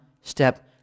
step